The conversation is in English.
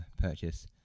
purchase